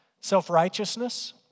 Self-righteousness